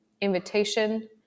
Invitation